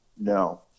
No